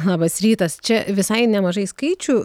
labas rytas čia visai nemažai skaičių